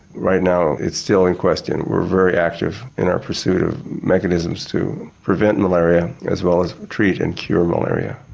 right now it's still in question. we're very active in our pursuit of mechanisms to prevent malaria as well as treat and cure malaria.